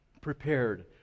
prepared